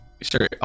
sure